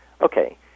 okay